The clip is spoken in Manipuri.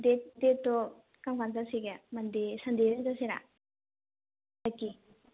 ꯗꯦꯠ ꯗꯦꯠꯇꯣ ꯀꯔꯝꯀꯥꯟꯗ ꯆꯠꯁꯤꯒꯦ ꯃꯟꯗꯦ ꯁꯟꯗꯦꯗ ꯑꯣꯏꯅ ꯆꯠꯁꯤꯔ ꯍꯟꯗꯛꯀꯤ